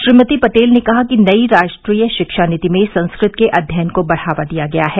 श्रीमती पटेल ने कहा कि नई राष्ट्रीय शिक्षा नीति में संस्कृत के अध्ययन को बढ़ावा दिया गया है